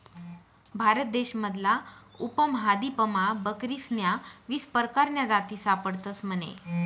भारत देश मधला उपमहादीपमा बकरीस्न्या वीस परकारन्या जाती सापडतस म्हने